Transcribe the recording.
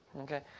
okay